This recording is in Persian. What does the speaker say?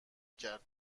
کرد